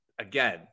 again